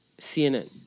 CNN